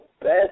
best